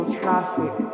traffic